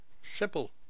simple